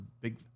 big